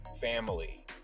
family